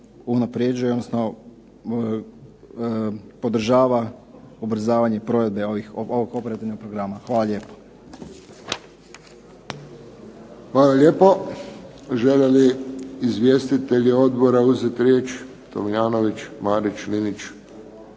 unapređuje odnosno podržava ubrzavanje provedbe ovog operativnog programa. Hvala lijepo. **Friščić, Josip (HSS)** Hvala lijepo. Žele li izvjestitelji odbora uzeti riječ? Tomljanović? Marić? Linić?